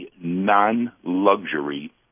non-luxury